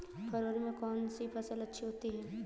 फरवरी में कौन सी फ़सल अच्छी होती है?